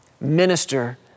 Minister